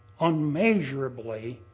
unmeasurably